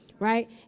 Right